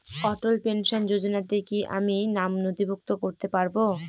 অটল pension যোজনাতে কি আমি নাম নথিভুক্ত করতে পারবো?